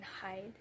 hide